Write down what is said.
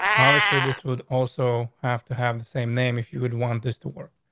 obviously, this would also have to have the same name if you would want this to work.